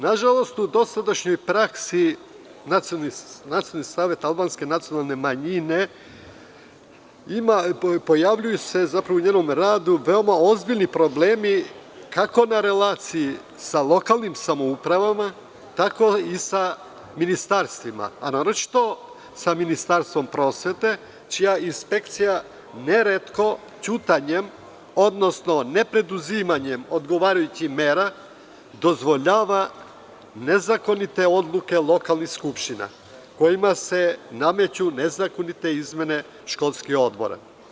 Nažalost, u dosadašnjoj praksi Nacionalnog saveta albanske nacionalne manjine pojavljuju se veoma ozbiljni problemi, kako na relaciji sa lokalnim samoupravama, tako i sa ministarstvima, naročito sa Ministarstvom prosvete, čija inspekcija neretko ćutanjem, odnosno ne preduzimanjem odgovarajućih mera dozvoljava nezakonite odluke lokalnih skupština kojima se nameću nezakonite izmene školskih odbora.